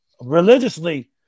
religiously